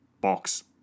box